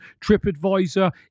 TripAdvisor